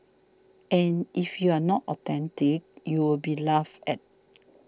and if you are not authentic you will be laughed at